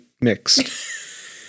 mixed